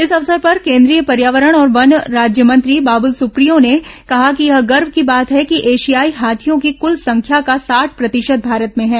इस अवसर पर केन्द्रीय पर्यावरण और वन राज्यमंत्री बाबुल सुप्रियो ने कहा कि यह गर्व की बात है कि एशियाई हाथियों की कुल संख्या का साठ प्रतिशत भारत में हैं